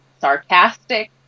sarcastic